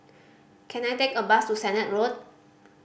can I take a bus to Sennett Road